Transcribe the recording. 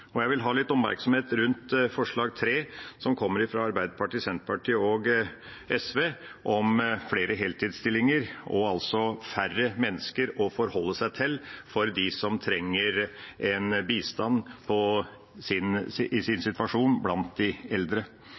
og jeg vil ha litt oppmerksomhet rundt forslag nr. 3, som kommer fra Arbeiderpartiet, Senterpartiet og SV, om flere heltidsstillinger og altså færre mennesker å forholde seg til for de eldre som trenger bistand i sin